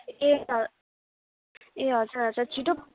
ए ह ए हजुर हजुर छिट्टो